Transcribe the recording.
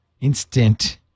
instant